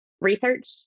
research